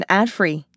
ad-free